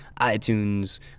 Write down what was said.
iTunes